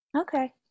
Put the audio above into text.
Okay